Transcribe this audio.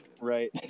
right